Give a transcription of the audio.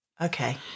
Okay